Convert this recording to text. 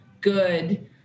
good